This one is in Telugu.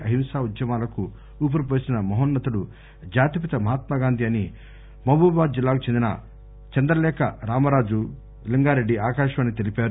అహింస ఉద్యమాలకు ఊపిరి పోసిన మహోన్నతుడు జాతిపిత మహాత్మ గాంధీ అని మహబూబాబాద్ జిల్లాకు చెందిన చంద్రలేఖ రామరాజు లింగారెడ్డి ఆకాశవాణికి తెలిపారు